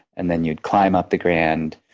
and then you'd climb up the grand,